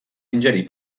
ingerir